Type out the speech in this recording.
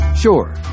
Sure